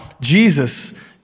Jesus